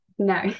No